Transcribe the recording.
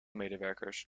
medewerkers